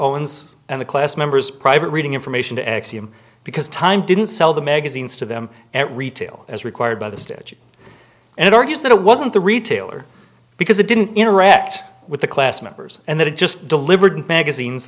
owns and the class members private reading information to exhume because time didn't sell the magazines to them at retail as required by the stage and it argues that it wasn't the retailer because it didn't interact with the class members and that it just delivered magazines